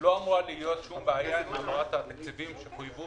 לא אמורה להיות שום בעיה עם העברת התקציבים שחויבו